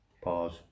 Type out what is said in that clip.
Pause